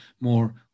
more